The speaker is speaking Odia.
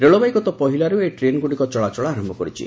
ରେଳବାଇ ଗତ ପହିଲାରୁ ଏହି ଟ୍ରେନ୍ଗୁଡ଼ିକ ଚଳାଚଳ ଆରମ୍ଭ କରିଛି